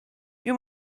you